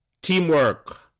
Teamwork